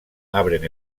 abren